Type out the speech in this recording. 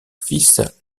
fils